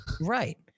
Right